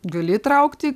gali įtraukti